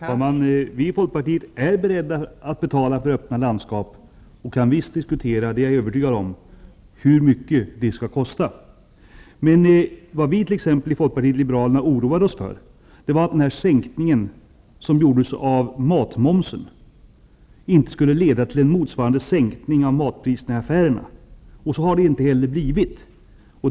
Fru talman! Vi i folkpartiet är beredda att betala för öppna landskap. Vi kan visst diskutera -- det är jag övertygad om -- hur mycket det skall kosta. Men vad vi i folkpartiet liberalerna oroade oss för var att sänkningen av mat momsen inte skulle leda till en motsvarande sänkning av matpriserna i affä rerna. Så har det inte heller blivit.